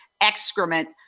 excrement